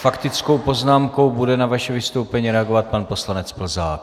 Faktickou poznámkou bude na vaše vystoupení reagovat pan poslanec Plzák.